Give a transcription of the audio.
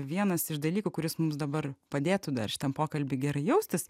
vienas iš dalykų kuris mums dabar padėtų dar šitam pokalby gerai jaustis